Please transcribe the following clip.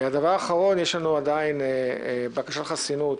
הדבר האחרון: יש לנו עדיין בקשת חסינות